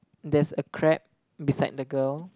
there's a crab beside the girl